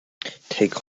take